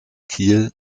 kiel